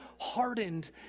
hardened